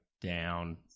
down